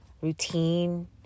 routine